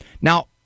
Now